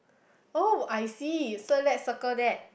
oh I see so let's circle that